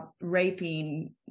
raping